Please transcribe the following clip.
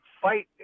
fight